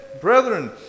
brethren